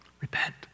Repent